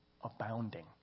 abounding